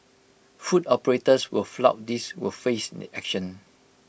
food operators who flout this will face action